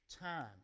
time